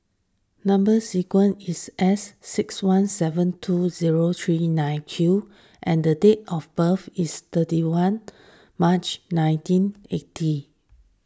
Number Sequence is S six one seven two zero three nine Q and the date of birth is thirty one March nineteen eighty